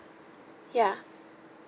ya